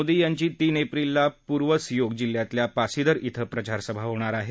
मोदी यांची तीन एप्रिलला पूर्व सीओग जिल्ह्यातल्या पासीधार क्वे प्रचारसभा होणार आहे